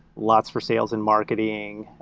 lots for sales and marketing,